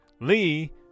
Lee